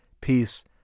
peace